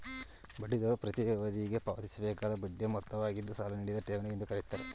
ಬಡ್ಡಿ ದರವು ಪ್ರತೀ ಅವಧಿಗೆ ಪಾವತಿಸಬೇಕಾದ ಬಡ್ಡಿಯ ಮೊತ್ತವಾಗಿದ್ದು ಸಾಲ ನೀಡಿದ ಠೇವಣಿ ಎಂದು ಕರೆಯುತ್ತಾರೆ